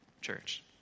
church